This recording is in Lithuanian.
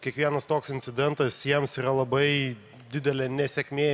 kiekvienas toks incidentas jiems yra labai didelė nesėkmė